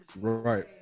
Right